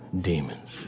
demons